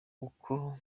uko